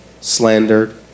slandered